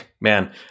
man